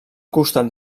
costat